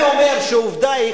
אני אומר שעובדה היא,